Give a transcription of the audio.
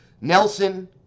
Nelson